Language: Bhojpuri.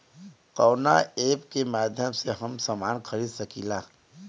कवना ऐपके माध्यम से हम समान खरीद सकीला?